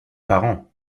parent